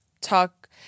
talk